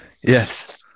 Yes